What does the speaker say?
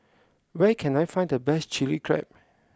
where can I find the best Chilli Crab